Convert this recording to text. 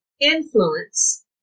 influence